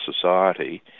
society